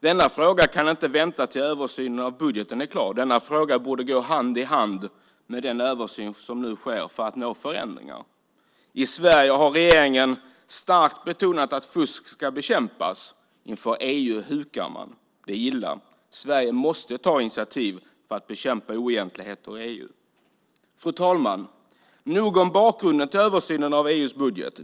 Denna fråga kan inte vänta tills översynen av budgeten är klar utan borde gå hand i hand med den översyn som nu sker för att nå förändringar. I Sverige har regeringen starkt betonat att fusk ska bekämpas. Inför EU hukar man. Det är illa. Sverige måste ta initiativ för att bekämpa oegentligheter i EU. Fru talman! Nog om bakgrunden till översynen av EU:s budget!